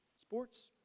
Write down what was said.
Sports